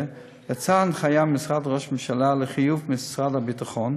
יצאה הנחיה ממשרד ראש הממשלה לחיוב משרד הביטחון